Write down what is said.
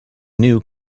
new